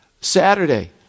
Saturday